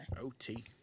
OT